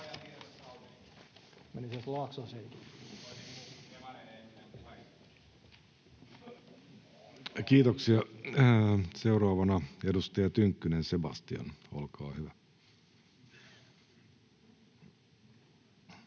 Kiitoksia. — Seuraavana edustaja Sebastian Tynkkynen, olkaa hyvä.